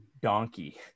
donkey